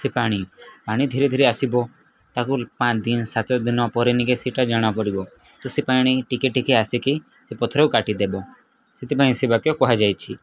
ସେ ପାଣି ପାଣି ଧୀରେ ଧୀରେ ଆସିବ ତାକୁ ପାଞ୍ଚ ଦିନ ସାତ ଦିନ ପରେ ନେଇକେ ସେଇଟା ଜଣାପଡ଼ିବ ତ ସେ ପାଣି ଟିକେ ଟିକେ ଆସିକି ସେ ପଥରକୁ କାଟିଦେବ ସେଥିପାଇଁ ସେ ବାକ୍ୟ କୁହାଯାଇଛି